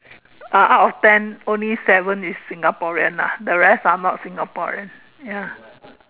uh out of ten only seven is Singaporean ah the rest are not Singaporean ya